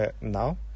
now